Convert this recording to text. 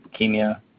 leukemia